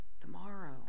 tomorrow